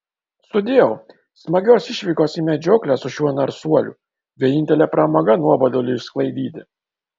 sudieu smagios išvykos į medžioklę su šiuo narsuoliu vienintelė pramoga nuoboduliui išsklaidyti